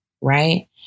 Right